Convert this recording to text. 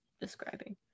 describing